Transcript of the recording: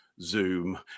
Zoom